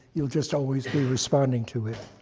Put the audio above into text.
you'll just always be responding to it.